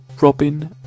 Robin